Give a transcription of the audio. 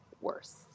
worse